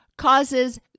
causes